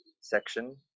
section